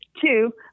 Two